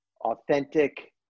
authentic